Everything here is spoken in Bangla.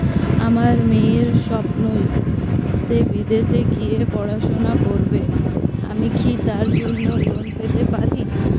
আমার মেয়ের স্বপ্ন সে বিদেশে গিয়ে পড়াশোনা করবে আমি কি তার জন্য লোন পেতে পারি?